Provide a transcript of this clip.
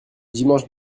dimanche